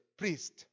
priest